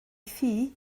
thŷ